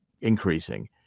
increasing